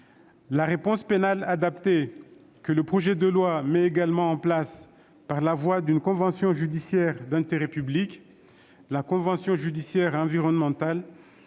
La réponse pénale adaptée que le projet de loi met également en place par la voie d'une convention judiciaire d'intérêt public- la convention judiciaire environnementale